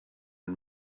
and